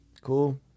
cool